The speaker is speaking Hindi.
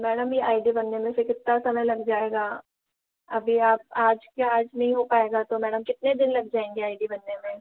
मैडम ये आई डी बनने में फिर कितना समय लग जाएगा अभी आप आज के आज ही नहीं हो पाएगा तो मैडम कितने दिन लग जाएंगे आई डी बनने में